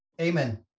amen